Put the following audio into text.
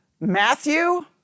Matthew